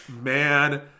man